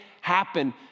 happen